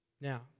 Now